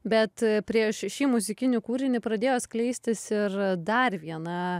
bet prieš šį muzikinį kūrinį pradėjo skleistis ir dar viena